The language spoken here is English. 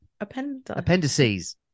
appendices